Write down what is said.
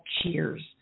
Cheers